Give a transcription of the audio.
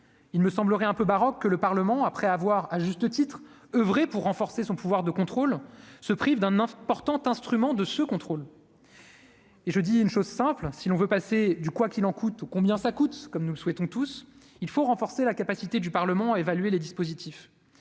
il me semblerait un peu baroque que le Parlement après avoir à juste titre, oeuvrer pour renforcer son pouvoir de contrôle se prive d'un important instrument de ce contrôle. Et je dis une chose simple : si l'on veut passer du quoi qu'il en coûte au combien ça coûte, comme nous le souhaitons tous, il faut renforcer la capacité du Parlement, évaluer les dispositifs,